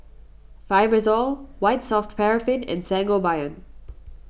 Fibrosol White Soft Paraffin and Sangobion